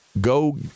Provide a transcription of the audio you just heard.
Go